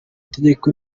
tegeko